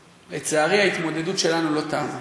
לצערי, ההתמודדות שלנו לא תמה.